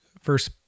first